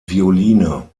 violine